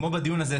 כמו בדיון הזה,